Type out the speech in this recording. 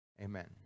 Amen